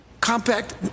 compact